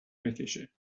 بکشه